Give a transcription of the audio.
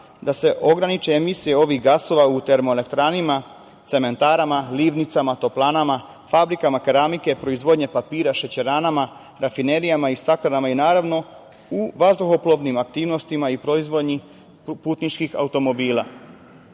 da se ograniče emisije ovih gasova u termoelektranama, cementarama, livnicama, toplanama, fabrikama keramike, proizvodnje papira, šećeranama, rafinerijama, staklarama i naravno u vazduhoplovnim aktivnostima i proizvodnji putničkih automobila? Zato